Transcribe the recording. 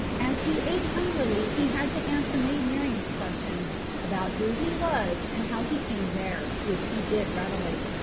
as he ate hungrily he had to answer maid marian's questions about who he was and how he came there, which he did readily,